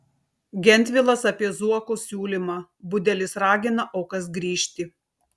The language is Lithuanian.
gentvilas apie zuoko siūlymą budelis ragina aukas grįžti